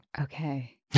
Okay